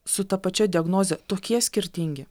su ta pačia diagnoze tokie skirtingi